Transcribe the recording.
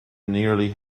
nearly